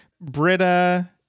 britta